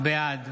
בעד